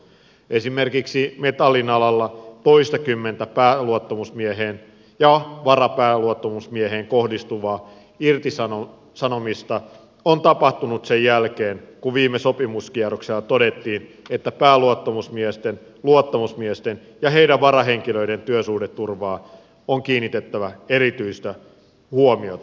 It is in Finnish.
esimerkiksi metallialalla toistakymmentä pääluottamusmieheen ja varapääluottamusmieheen kohdistuvaa irtisanomista on tapahtunut sen jälkeen kun viime sopimuskierroksella todettiin että pääluottamusmiesten luottamusmiesten ja heidän varahenkilöidensä työsuhdeturvaan on kiinnitettävä erityistä huomiota